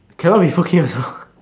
cannot be okay or not